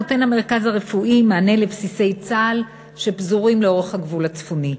המרכז הרפואי נותן מענה לבסיסי צה"ל שפזורים לאורך הגבול הצפוני.